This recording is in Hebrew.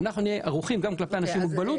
אנחנו נהיה ערוכים גם כלפי אנשים עם מוגבלות.